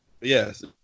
yes